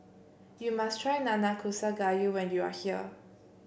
you must try Nanakusa Gayu when you are here